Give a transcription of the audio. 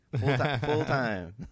full-time